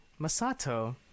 Masato